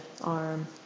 arm